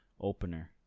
opener